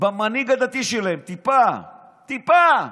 במנהיג הדתי שלהם, טיפה, טיפה,